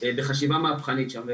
בחשיבה מהפכנית שם.